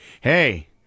hey